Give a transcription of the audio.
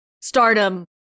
stardom